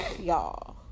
y'all